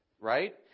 right